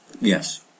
Yes